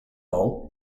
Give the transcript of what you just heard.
bowl